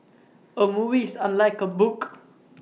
A movie is unlike A book